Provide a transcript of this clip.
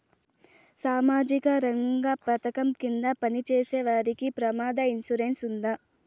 సామాజిక రంగ పథకం కింద పని చేసేవారికి ప్రమాద ఇన్సూరెన్సు ఉందా?